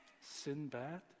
Sinbad